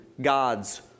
God's